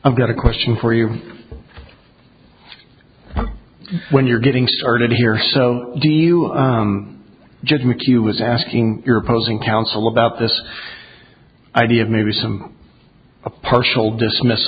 i've got a question for you when you're getting started here so do you judge mchugh was asking your opposing counsel about this idea of maybe some a partial dismiss